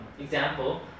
example